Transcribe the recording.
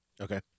okay